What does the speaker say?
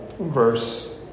Verse